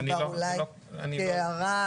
כהערה,